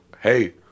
hey